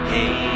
Hey